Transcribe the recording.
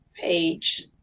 page